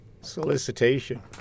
Solicitation